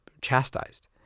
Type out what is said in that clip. chastised